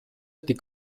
die